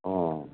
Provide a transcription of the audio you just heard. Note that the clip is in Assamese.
অ